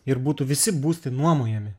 ir būtų visi būstai nuomojami